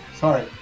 sorry